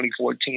2014